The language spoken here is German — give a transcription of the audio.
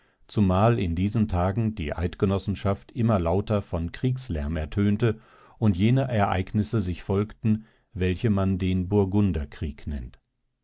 zumal in diesen tagen die eidgenossenschaft immer lauter von kriegslärm ertönte und jene ereignisse sich folgten welche man den burgunderkrieg nennt